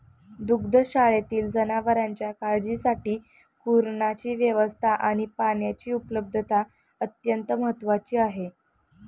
दुग्धशाळेतील जनावरांच्या काळजीसाठी कुरणाची व्यवस्था आणि पाण्याची उपलब्धता अत्यंत महत्त्वाची आहे